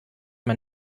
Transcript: man